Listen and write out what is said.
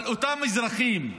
אבל אותם אזרחים,